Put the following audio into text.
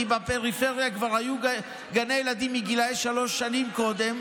כי בפריפריה כבר היו גני ילדים מגיל שלוש שנים קודם,